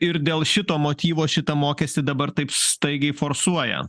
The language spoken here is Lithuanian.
ir dėl šito motyvo šitą mokestį dabar taip staigiai forsuoja